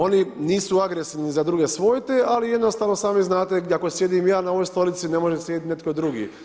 Oni nisu agresivni za druge svojte, ali jednostavno i sami znate ako sjedim ja na ovoj stolici, ne može sjediti netko drugi.